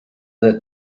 that